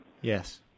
Yes